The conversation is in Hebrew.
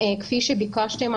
כפי שביקשתם,